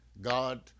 God